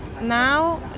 now